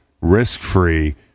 risk-free